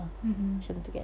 mmhmm